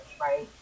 right